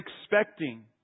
expecting